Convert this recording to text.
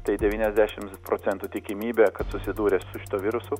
tai devyniasdešim procentų tikimybė kad susidūrę su šituo virusu